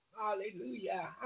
Hallelujah